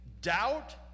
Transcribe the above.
Doubt